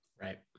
Right